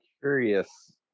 Curious